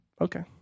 okay